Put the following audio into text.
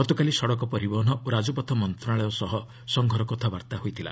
ଗତକାଲି ସଡ଼କ ପରିବହନ ଓ ରାଜପଥ ମନ୍ତ୍ରଣାଳୟ ସହ ସଂଘର କଥାବାର୍ତ୍ତା ହୋଇଥିଲା